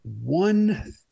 One